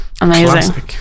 Amazing